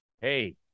hey